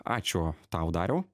ačiū tau dariau